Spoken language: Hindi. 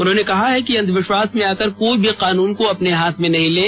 उन्होंने कहा कि अंधविश्वास में आकर कोई भी कानून को अपने हाथ में नहीं लें